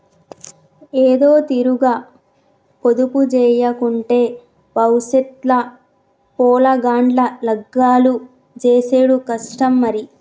ఏదోతీరుగ పొదుపుజేయకుంటే బవుసెత్ ల పొలగాండ్ల లగ్గాలు జేసుడు కష్టం మరి